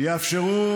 יאפשרו